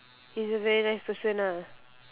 is a very nice person ah